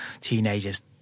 teenagers